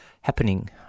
happening